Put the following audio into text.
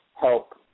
help